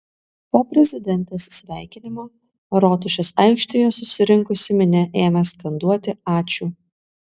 po prezidentės sveikinimo rotušės aikštėje susirinkusi minia ėmė skanduoti ačiū